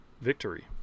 victory